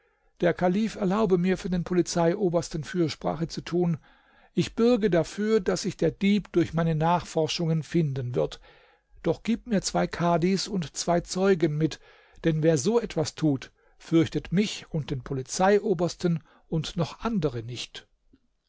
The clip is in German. der kalif erlaube mir für den polizeiobersten fürsprache zu tun ich bürge dafür daß sich der dieb durch meine nachforschungen finden wird doch gib mir zwei kadhis und zwei zeugen mit denn wer so etwas tut fürchtet mich und den polizeiobersten und noch andere nicht